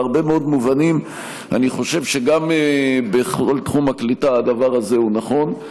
בהרבה מאוד מובנים אני חושב שגם בכל תחום הקליטה הדבר הזה הוא נכון.